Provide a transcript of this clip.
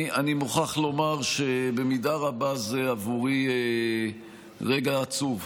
אני מוכרח לומר שבמידה רבה זה עבורי רגע עצוב,